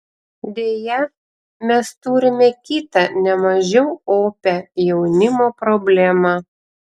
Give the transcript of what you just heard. deja mes turime kitą ne mažiau opią jaunimo problemą